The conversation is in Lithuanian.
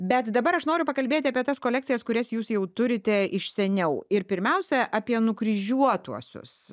bet dabar aš noriu pakalbėti apie tas kolekcijas kurias jūs jau turite iš seniau ir pirmiausia apie nukryžiuotuosius